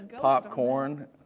popcorn